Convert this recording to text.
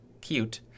cute